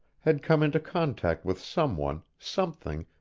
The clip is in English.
had come into contact with someone, something,